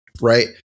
Right